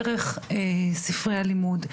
דרך ספרי הלימוד,